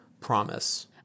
promise